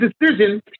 decision